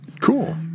cool